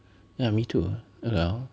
ya me too what the hell